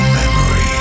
memory